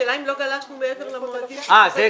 השאלה אם לא גלשנו מעבר למועדים -- כן,